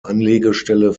anlegestelle